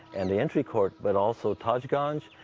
and the entry court, but also taj gange.